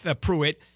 Pruitt